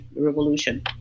Revolution